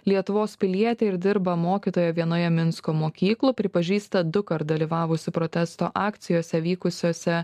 lietuvos pilietė ir dirba mokytoja vienoje minsko mokyklų pripažįsta dukart dalyvavusi protesto akcijose vykusiose